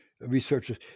researchers